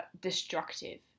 destructive